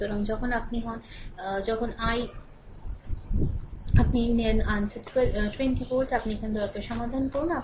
সুতরাং যখন আপনি হন এবং আনসার 20 ভোল্ট হয় আপনি এখানে দয়া করে সমাধান করুন